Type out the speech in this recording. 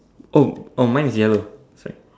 oh oh mine is yellow sorry